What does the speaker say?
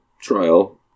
trial